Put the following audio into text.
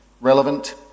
relevant